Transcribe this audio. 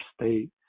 state